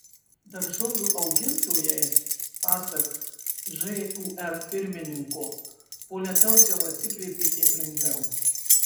daržovių augintojai pasak žūr pirmininko po lietaus jau atsikvėpė kiek lengviau